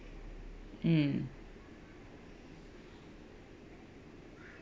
mm